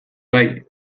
bai